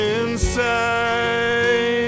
inside